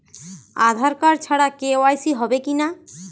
আধার card ছাড়া KYC হবে কিনা?